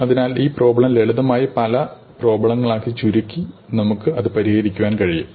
അതിനാൽ ഈ പ്രോബ്ലം ലളിതമായ പല പ്രോബ്ലങ്ങളാക്കി ചുരുക്കി നമുക്ക് അത് പരിഹരിക്കുവാൻ കഴിയും